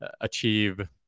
achieve